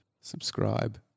subscribe